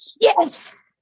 Yes